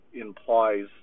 implies